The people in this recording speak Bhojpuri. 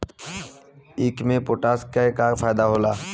ईख मे पोटास के का फायदा होला?